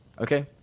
Okay